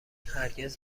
هرگز